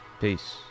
Peace